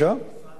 זאת לא